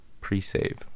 pre-save